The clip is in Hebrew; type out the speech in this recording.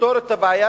לפתור את הבעיה.